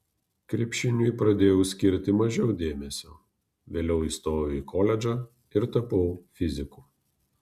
krepšiniui pradėjau skirti mažiau dėmesio vėliau įstojau į koledžą ir tapau fiziku